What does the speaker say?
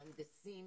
מהנדסים,